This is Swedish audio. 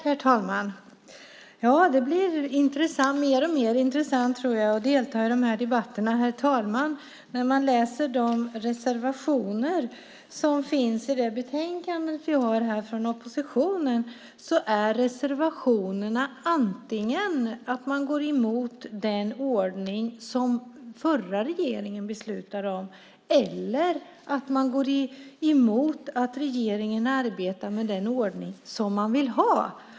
Herr talman! Det blir mer och mer intressant att delta i de här debatterna när man läser de reservationer som finns i det betänkande vi har här. Från oppositionen innebär reservationerna antingen att man går emot den ordning som förra regeringen beslutade om eller att man går emot att regeringen arbetar med den ordning som den vill ha.